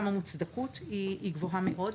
גם המוצדקות היא גבוהה מאוד.